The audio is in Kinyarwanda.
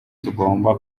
tugomba